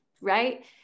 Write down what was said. right